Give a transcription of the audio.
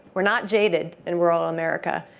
we're not jaded in rural america.